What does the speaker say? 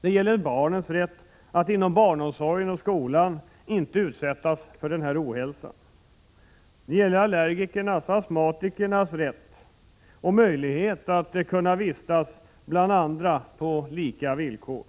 Det gäller barnens rätt att inom barnomsorgen och skolan inte utsättas för denna ohälsa. Det gäller allergikers och astmatikers rätt och möjlighet att kunna vistas bland andra människor på lika villkor.